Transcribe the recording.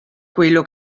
quello